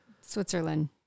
Switzerland